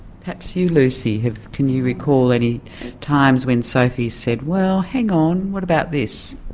perhaps you, lucy, have. can you recall any times when sophie's said, well, hang on, what about this?